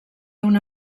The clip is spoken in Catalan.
una